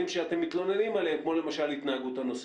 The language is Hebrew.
שאתם מתלוננים עליהם כמו למשל התנהגות הנוסעים?